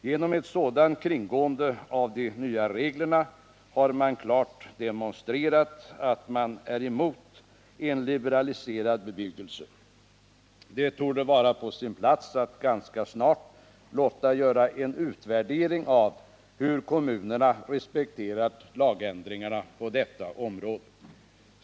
Genom ett sådant kringgående av de nya reglerna har man klart demonstrerat att man är emot en liberaliserad bebyggelse. Det borde vara på sin plats att ganska snart låta göra en utvärdering av hur kommunerna respekterat lagändringarna på detta område.